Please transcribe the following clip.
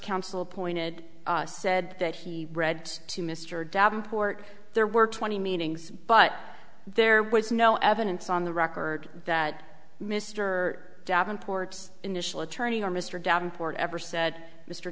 council appointed said that he read to mr davenport there were twenty meanings but there was no evidence on the record that mr davenport's initial attorney or mr davenport ever said mr